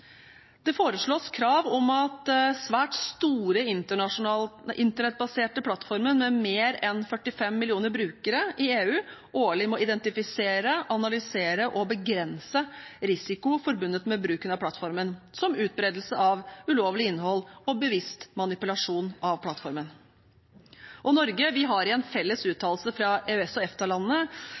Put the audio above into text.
Det foreslås krav om at svært store internettbaserte plattformer med mer enn 45 millioner brukere i EU årlig må identifisere, analysere og begrense risiko forbundet med bruken av plattformen, som utbredelse av ulovlig innhold og bevisst manipulasjon av plattformen. Norge har i en felles uttalelse fra EØS/EFTA-landene til DSA påpekt det problematiske ved at digitale plattformer modererer og